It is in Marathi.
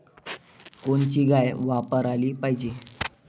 कोनची गाय वापराली पाहिजे?